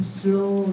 slow